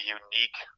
unique